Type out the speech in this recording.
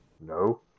no